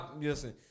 listen